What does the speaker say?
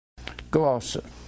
Glossa